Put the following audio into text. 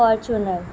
Fortuner